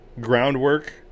groundwork